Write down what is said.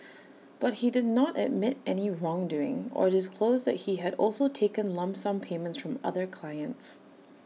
but he did not admit any wrongdoing or disclose that he had also taken lump sum payments from other clients